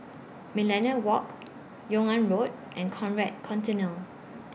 Millenia Walk Yung An Road and Conrad Centennial